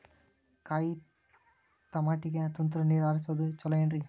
ಕಾಯಿತಮಾಟಿಗ ತುಂತುರ್ ನೇರ್ ಹರಿಸೋದು ಛಲೋ ಏನ್ರಿ?